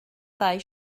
dau